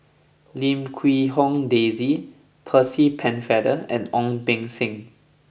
Lim Quee Hong Daisy Percy Pennefather and Ong Beng Seng